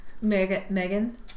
Megan